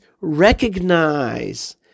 recognize